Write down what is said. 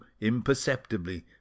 imperceptibly